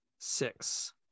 six